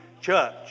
church